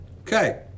Okay